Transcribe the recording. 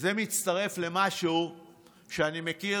וזה מצטרף למשהו שאני מכיר